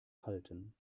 halten